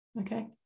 Okay